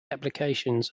applications